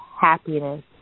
happiness